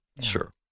Sure